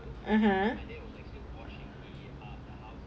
(uh huh)